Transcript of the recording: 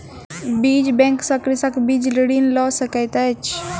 बीज बैंक सॅ कृषक बीज ऋण लय सकैत अछि